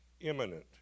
imminent